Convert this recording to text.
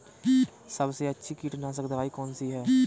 सबसे अच्छी कीटनाशक दवाई कौन सी है?